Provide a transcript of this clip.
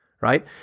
Right